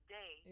day